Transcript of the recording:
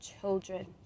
children